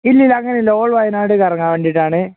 ഇല്ലില്ല അങ്ങനെയില്ല ഓൾ വയനാട് കറങ്ങാൻ വേണ്ടിയിട്ടാണ്